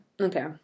Okay